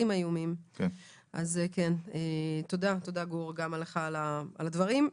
תודה גור על הדברים.